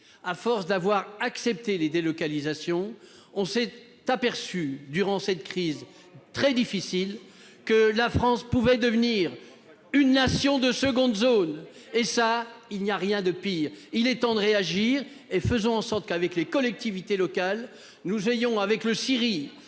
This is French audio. à force d'avoir accepté les délocalisations, on s'est aperçu, durant cette crise très difficile, que la France pouvait devenir une nation de seconde zone. Il n'y a rien de pire ! Il est temps de réagir. Veillons, avec les collectivités locales, avec le Comité